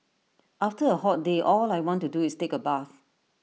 after A hot day all I want to do is take A bath